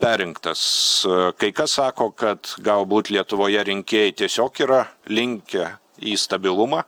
perrinktas kai kas sako kad galbūt lietuvoje rinkėjai tiesiog yra linkę į stabilumą